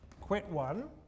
quit-one